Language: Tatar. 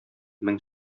мең